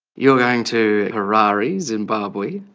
you're going to harare, zimbabwe,